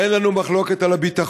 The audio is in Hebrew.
אין לנו מחלוקת על הביטחון,